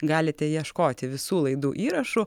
galite ieškoti visų laidų įrašų